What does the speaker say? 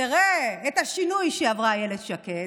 תראה את השינוי שעברה אילת שקד,